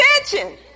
attention